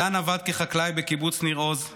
מתן עבד כחקלאי בקיבוץ ניר עוז,